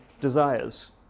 desires